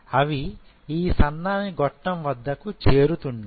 అవి ఈ సన్నని గొట్టం వద్దకు చేరుతున్నాయి